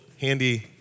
handy